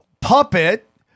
puppet